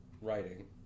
writing